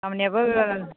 आंनियाबो